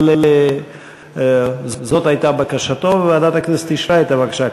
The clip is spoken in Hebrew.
אבל זאת הייתה בקשתו וועדת הכנסת אישרה את הבקשה.